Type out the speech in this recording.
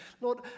Lord